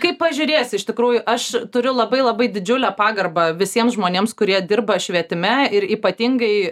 kaip pažiūrėsi iš tikrųjų aš turiu labai labai didžiulę pagarbą visiems žmonėms kurie dirba švietime ir ypatingai